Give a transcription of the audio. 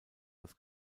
dass